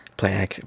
play